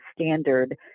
standard